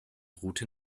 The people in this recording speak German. route